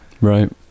Right